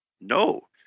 no